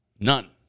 None